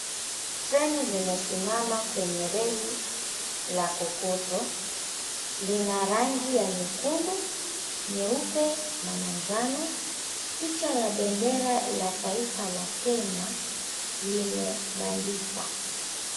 Train lime simama kwa barabara la kokoto lina rangi ya nyeupe, nyekundu na manjano picha la bendera ya taifa Kenya limebandikwa.